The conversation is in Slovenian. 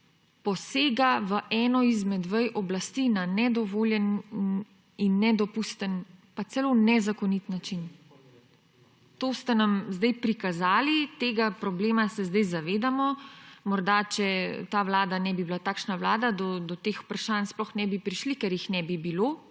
posega v eno izmed vej oblasti na nedovoljen in nedopusten pa celo nezakonit način. To ste nam zdaj prikazali, tega problema se zdaj zavedamo. Če ta vlada ne bi bila takšna vlada, morda do teh vprašanj sploh ne bi prišli, ker jih ne bi bilo